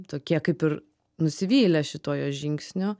tokie kaip ir nusivylę šituo jo žingsniu